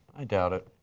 i doubt it.